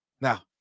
Now